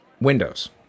Windows